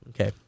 Okay